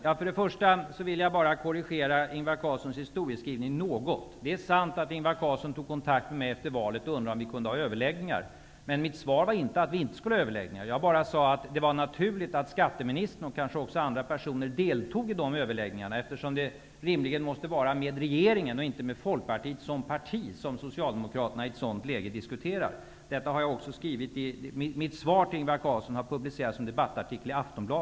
Jag vill först bara korrigera Ingvar Carlssons historieskrivning något. Det är sant att Ingvar Carlsson tog kontakt med mig efter valet och undrade om vi kunde ha överläggningar, men mitt svar var inte att vi inte skulle ha överläggningar. Jag sade bara att det var naturligt att skatteministern och kanske också andra personer deltog i dessa överläggningar. Det måste rimligen vara med regeringen och inte med Folkpartiet som parti som Socialdemokraterna i ett sådant läge skall diskutera. Detta har jag skrivit i mitt svar till Ingvar Carlsson, som har publicerats som debattartikel i Aftonbladet.